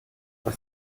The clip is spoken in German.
was